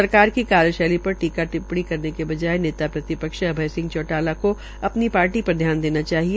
सरकार की कार्यशैली पर टीका टिप्पणी करने के बजाय नेता प्रतिपक्ष अभय सिंह चौटाला का अपनी पार्टी पर ध्यान देना चाहिए